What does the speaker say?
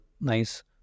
nice